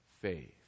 faith